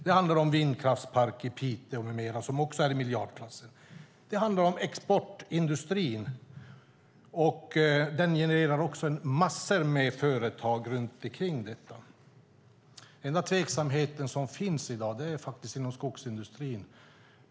Det handlar om en vindkraftspark i Piteå som också är i miljardklassen med mera. Det handlar om exportindustrin, och den genererar massor med företag. Den enda tveksamhet som finns i dag är inom skogsindustrin.